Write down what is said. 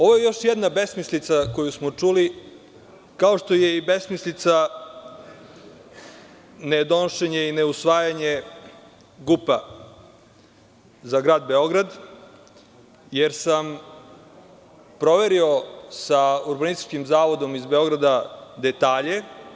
Ovo je još jedna besmislica koju smo čuli, kao što je i besmislica nedonošenje i neusvajanje GUP-a za grad Beograd, jer sam proverio sa Urbanističkim zavodom iz Beograda detalje.